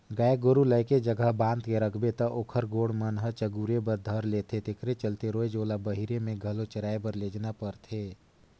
गाय गोरु ल एके जघा बांध के रखबे त ओखर गोड़ मन ह चगुरे बर धर लेथे तेखरे चलते रोयज ओला बहिरे में घलो चराए बर लेजना परथे